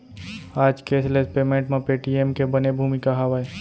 आज cashless payment म Paytm के बने भूमिका हावय